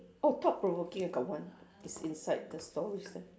oh thought provoking I got one is inside the stories